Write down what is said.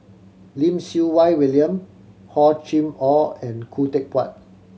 Lim Siew Wai William Hor Chim Or and Khoo Teck Puat